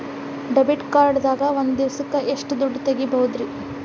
Debit card ದಾಗ ಒಂದ್ ದಿವಸಕ್ಕ ಎಷ್ಟು ದುಡ್ಡ ತೆಗಿಬಹುದ್ರಿ?